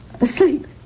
Asleep